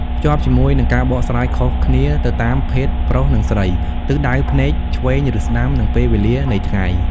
ភ្ជាប់ជាមួយនឹង ការបកស្រាយខុសគ្នាទៅតាមភេទ ប្រុសនិងស្រី ទិសដៅភ្នែកឆ្វេងឬស្តាំ និងពេលវេលានៃថ្ងៃ។